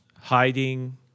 hiding